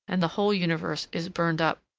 and the whole universe is burned up.